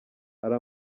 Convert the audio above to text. ari